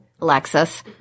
Alexis